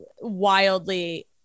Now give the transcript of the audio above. wildly